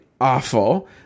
awful